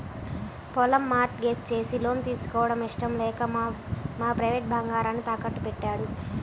పొలం mortgage చేసి loan తీసుకోవడం ఇష్టం లేక మా ఫ్రెండు బంగారాన్ని తాకట్టుబెట్టాడు